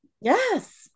Yes